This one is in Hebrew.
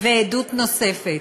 ועדות נוספת: